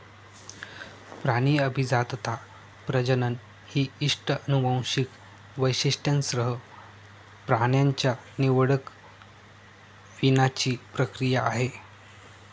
प्राणी अभिजातता, प्रजनन ही इष्ट अनुवांशिक वैशिष्ट्यांसह प्राण्यांच्या निवडक वीणाची प्रक्रिया आहे